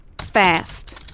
Fast